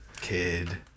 kid